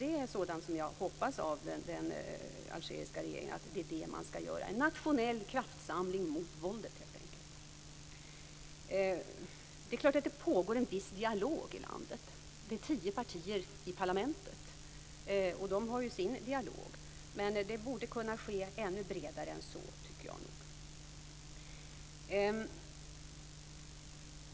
Det är sådant som jag hoppas att den algeriska regeringen skall göra - helt enkelt en nationell kraftsamling mot våldet. Det är klart att det pågår en viss dialog i landet. Det finns tio partier i parlamentet, och de har ju sin dialog. Men det borde kunna ske ännu bredare än så.